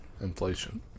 Inflation